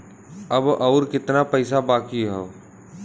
अब अउर कितना पईसा बाकी हव?